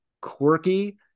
quirky